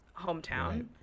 hometown